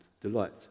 delight